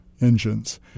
engines